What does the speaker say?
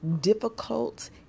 difficult